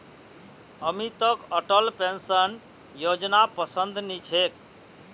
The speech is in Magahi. अमितक अटल पेंशन योजनापसंद नी छेक